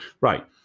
Right